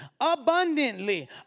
abundantly